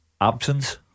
absence